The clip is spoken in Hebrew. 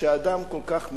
שאדם כל כך מוכשר,